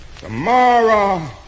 Tomorrow